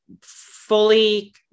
fully